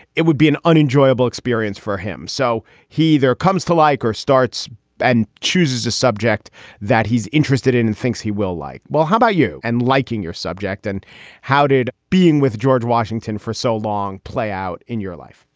it would be an unenjoyable experience for him. so he there comes to like or starts and chooses a subject that he's interested in and thinks he will like. well, how about you? and liking your subject? and how did being with george washington for so long play out in your life?